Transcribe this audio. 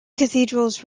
cathedrals